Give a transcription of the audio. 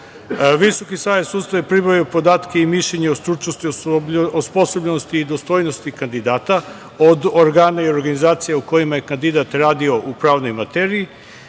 Visoki savet sudstva je pribavio podatke i mišljenje o stručnoj osposobljenosti i dostojnosti kandidata od organa i organizacija u kojima je kandidat radio u pravnoj materiji,